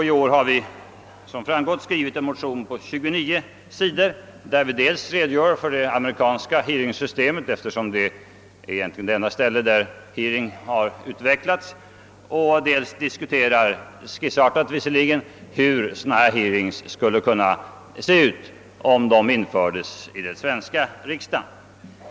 I år har vi alltså skrivit en motion på 29 sidor där vi dels redogör för det amerikanska hearingssystemet, eftersom det egentligen utvecklats endast i USA, dels diskuterar hur hearings skulle kunna utformas för den svenska riksdagen.